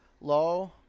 low